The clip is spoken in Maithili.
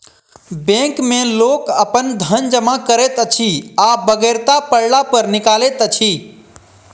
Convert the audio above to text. बैंक मे लोक अपन धन जमा करैत अछि आ बेगरता पड़ला पर निकालैत अछि